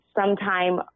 sometime